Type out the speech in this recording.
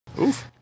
Oof